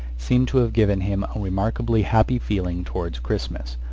seem to have given him a remarkably happy feeling toward christmas,